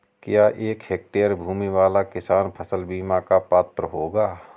क्या एक हेक्टेयर भूमि वाला किसान फसल बीमा का पात्र होगा?